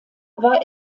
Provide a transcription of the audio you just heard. war